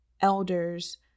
elders